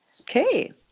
Okay